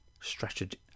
Strategy